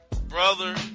Brother